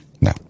No